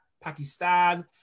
Pakistan